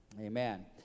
Amen